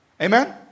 Amen